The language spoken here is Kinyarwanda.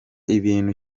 ibintu